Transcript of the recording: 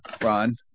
Ron